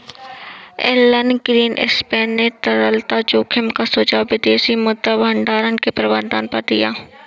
Elon Greenspan ने तरलता जोखिम का सुझाव विदेशी मुद्रा भंडार के प्रबंधन पर दिया